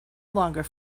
longer